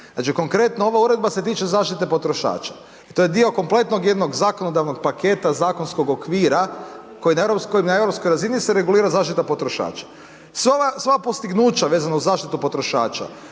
Znači konkretno ova uredba se tiče zaštite potrošača i to je dio kompletnog jednog zakonodavnog paketa zakonskog okvira koji na Europskoj razini se regulira zaštita potrošača. Sva postignuća vezana uz zaštitu potrošača,